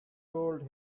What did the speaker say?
told